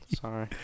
Sorry